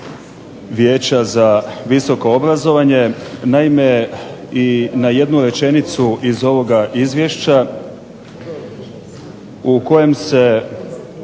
vijeća za visoko obrazovanje. Naime i na jednu rečenicu iz ovoga izvješća, u kojem se